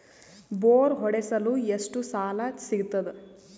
Bore ಹೊಡೆಸಲು ಎಷ್ಟು ಸಾಲ ಸಿಗತದ?